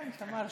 כן, שמרתי.